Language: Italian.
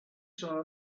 sono